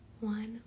one